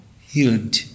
healed